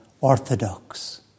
orthodox